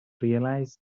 realized